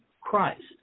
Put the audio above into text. Christ